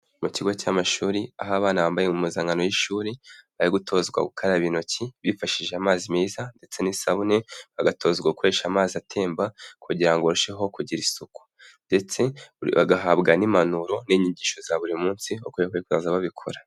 Mu kigo cy'amashuri, aho abana bambaye impuzankano y'ishuri, bari gutozwa gukaraba, intoki bifashishije amazi meza ndetse n'isabune, bagatozwa gukoresha amazi atemba kugira ngo barusheho kugira isuku ndetse bagahabwa n'impanuro, n'inyigisho za buri munsi, uko bazajya babikora.